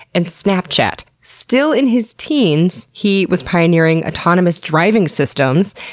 and snapchat. still in his teens, he was pioneering autonomous driving systems.